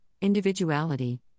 individuality